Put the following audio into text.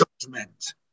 judgment